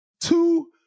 two